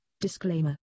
Disclaimer